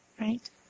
Right